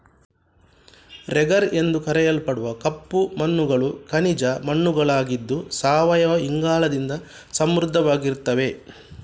ರೆಗರ್ ಎಂದು ಕರೆಯಲ್ಪಡುವ ಕಪ್ಪು ಮಣ್ಣುಗಳು ಖನಿಜ ಮಣ್ಣುಗಳಾಗಿದ್ದು ಸಾವಯವ ಇಂಗಾಲದಿಂದ ಸಮೃದ್ಧವಾಗಿರ್ತವೆ